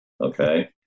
Okay